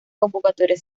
convocatoria